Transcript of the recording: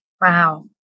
Wow